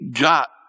got